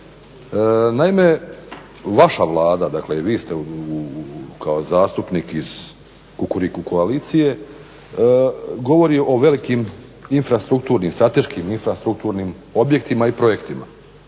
Naime, vaša Vlada i vi ste kao zastupnik iz Kukuriku koalicije govori o velikim strateškim infrastrukturnim objektima i projektima.